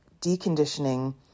deconditioning